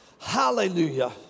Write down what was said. hallelujah